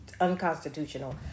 unconstitutional